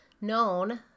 known